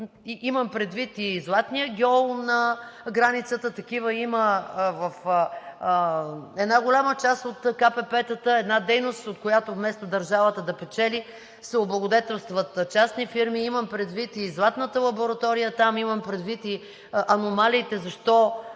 Имам предвид и „Знатният гьол“ на границата. Такива има в една голяма част от ГКПП-та една дейност, от която вместо държавата да печели, се облагодетелстват частни фирми. Имам предвид и „Златната лаборатория“ там, имам предвид и аномалиите защо